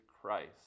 Christ